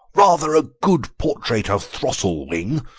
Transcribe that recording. rather a good portrait of throstlewing,